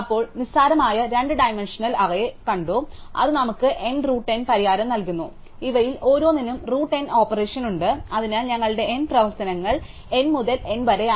അപ്പോൾ നിസ്സാരമായ രണ്ട് ഡൈമൻഷണൽ അറേ ഞങ്ങൾ കണ്ടു അത് നമുക്ക് N റൂട്ട് N പരിഹാരം നൽകുന്നു ഇവയിൽ ഓരോന്നിനും റൂട്ട് N ഓപ്പറേഷൻ ആണ് അതിനാൽ ഞങ്ങളുടെ N പ്രവർത്തനങ്ങൾ N മുതൽ N വരെയാണ്